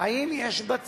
אם יש בה צורך.